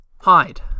hide